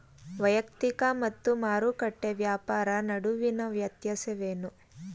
ವೈಯಕ್ತಿಕ ಮತ್ತು ಮಾರುಕಟ್ಟೆ ವ್ಯಾಪಾರ ನಡುವಿನ ವ್ಯತ್ಯಾಸವೇನು?